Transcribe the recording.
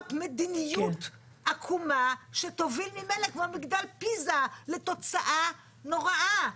זאת מדיניות עקומה שתוביל ממילא כמו מגדל פיזה לתוצאה נוראה.